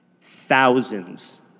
thousands